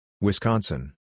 Wisconsin